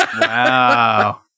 Wow